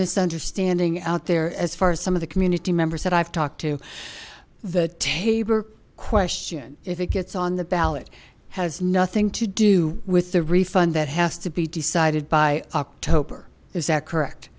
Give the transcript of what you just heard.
misunderstanding out there as far as some of the community members that i've talked to the table question if it gets on the ballot has nothing to do with the refund that has to be decided by october is that correct